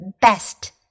best